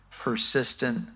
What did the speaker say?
persistent